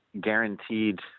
guaranteed